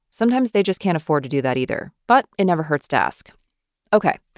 sometimes they just can't afford to do that either. but it never hurts to ask ok,